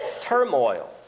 turmoil